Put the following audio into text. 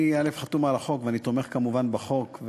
אני חתום על החוק, ואני תומך כמובן בחוק.